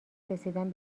رسیدن